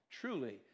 truly